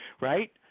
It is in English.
right